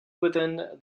within